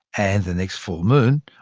and the next full moon.